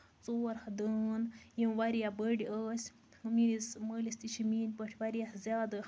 ژور ہَتھ دٲن یِم واریاہ بٔڈۍ ٲسۍ میٛٲنِس مٲلِس تہِ چھِ میٛٲنۍ پٲٹھۍ واریاہ زیادٕ